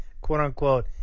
quote-unquote